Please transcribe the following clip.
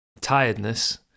tiredness